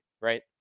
right